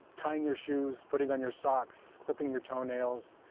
tying your shoes, putting on your socks, clipping your toenails,